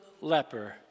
leper